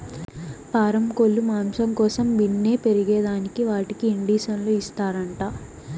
పారం కోల్లు మాంసం కోసం బిన్నే పెరగేదానికి వాటికి ఇండీసన్లు ఇస్తారంట